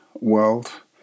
world